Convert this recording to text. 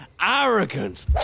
arrogant